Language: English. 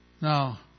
Now